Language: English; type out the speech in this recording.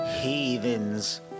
heathens